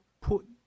put